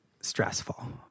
stressful